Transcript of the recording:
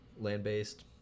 land-based